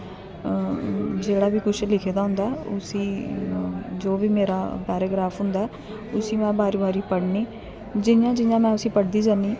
जेहड़ा बी कुछ लिखे दा होंदा उसी जो बी मेरा पैराग्राफ होंदा उसी में बारी बारी पढ़नी जि'यां जि'यां में उसी पढ़दी जन्नी